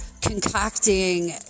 concocting